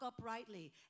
uprightly